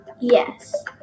Yes